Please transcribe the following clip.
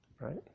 Right